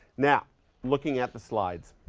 now looking at the slides.